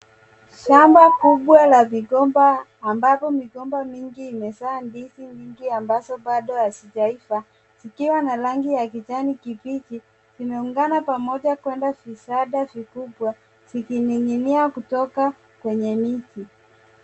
Shamba kubwa la migomba ambapo migomba mingi imezaa ndizi nyingi ambazo bado hazijaiva zikiwa na rangi ya kijani kibichi. Zimeungana pamoja kuunda vitanda vikubwa vikining'inia kutoka kwenye miti.